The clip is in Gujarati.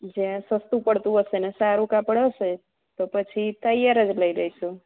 જ્યાં સસ્તું પડતું હશે ને સારું કાપડ હશે તો પછી તૈયાર જ લઈ લઈશું